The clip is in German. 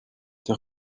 der